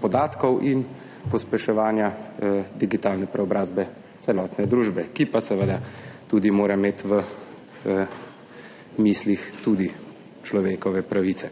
podatkov in pospeševanja digitalne preobrazbe celotne družbe, ki pa seveda tudi mora imeti v mislih človekove pravice.